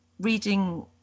reading